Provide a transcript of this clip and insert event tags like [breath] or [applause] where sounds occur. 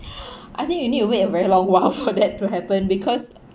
[breath] I think you need to wait a very long while [laughs] for that to happen because